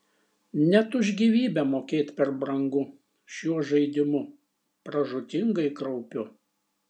net už gyvybę mokėt per brangu šiuo žaidimu pražūtingai kraupiu